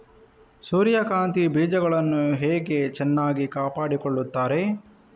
ಸೂರ್ಯಕಾಂತಿ ಬೀಜಗಳನ್ನು ಹೇಗೆ ಚೆನ್ನಾಗಿ ಕಾಪಾಡಿಕೊಳ್ತಾರೆ?